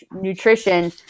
nutrition